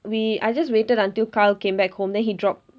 we I just waited until kyle came back home then he dropped